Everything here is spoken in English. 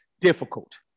difficult